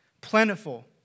Plentiful